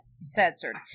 censored